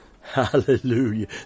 Hallelujah